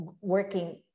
working